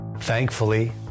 Thankfully